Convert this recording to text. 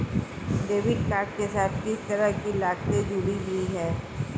Debit card के साथ किस तरह की लागतें जुड़ी हुई हैं?